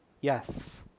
yes